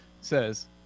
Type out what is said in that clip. says